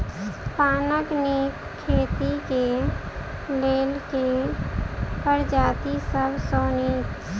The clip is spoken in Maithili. पानक नीक खेती केँ लेल केँ प्रजाति सब सऽ नीक?